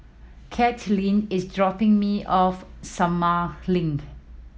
Katelynn is dropping me off Sumang Link